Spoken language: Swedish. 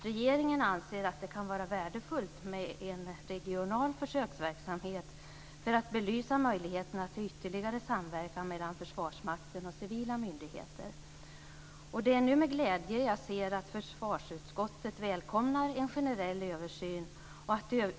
Regeringen anser att det kan vara värdefullt med en regional försöksverksamhet för att belysa möjligheterna till ytterligare samverkan mellan Försvarsmakten och civila myndigheter. Det är nu med glädje som jag ser att försvarsutskottet välkomnar en generell översyn.